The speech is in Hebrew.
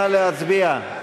נא להצביע.